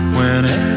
Whenever